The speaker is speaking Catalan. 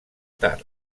tard